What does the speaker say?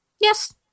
Yes